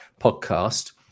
podcast